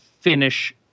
finish